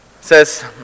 says